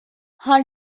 her